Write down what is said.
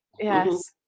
Yes